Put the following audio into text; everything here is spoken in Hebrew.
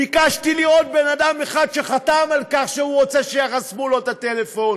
ביקשתי לראות בן אדם אחד שחתם על כך שהוא רוצה שיחסמו לו את הטלפון.